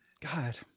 God